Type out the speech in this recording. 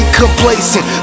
complacent